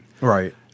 Right